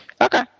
Okay